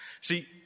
See